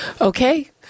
Okay